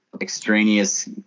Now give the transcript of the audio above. extraneous